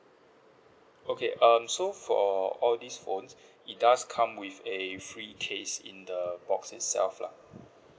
okay um so for all these phones it does come with a free case in the box itself lah